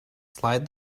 slide